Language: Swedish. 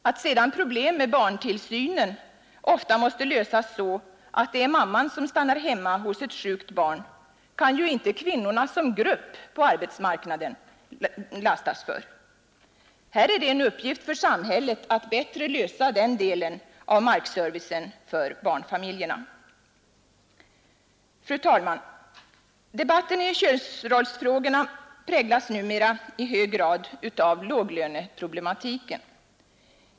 Att sedan problem med barntillsynen ofta måste lösas så att det är mamman som stannar hemma hos ett sjukt barn kan ju inte kvinnorna som grupp på arbetsmarknaden lastas för. Här är det en uppgift för samhället att bättre lösa den delen av markservicen för barnfamiljerna. Fru talman! Debatten i könsrollsfrågorna präglas numera i hög grad av låglöneproblematiken.